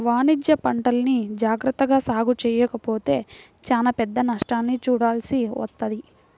వాణిజ్యపంటల్ని జాగర్తగా సాగు చెయ్యకపోతే చానా పెద్ద నష్టాన్ని చూడాల్సి వత్తది